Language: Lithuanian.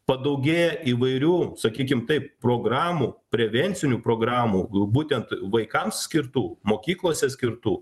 padaugėję įvairių sakykim taip programų prevencinių programų būtent vaikams skirtų mokyklose skirtų